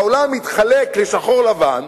העולם מתחלק לשחור לבן.